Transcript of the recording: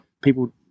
people